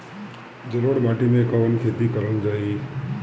जलोढ़ माटी में कवन खेती करल जाई?